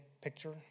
picture